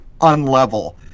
unlevel